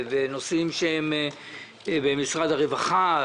דברים במשרד הרווחה,